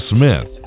Smith